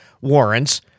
warrants